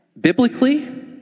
biblically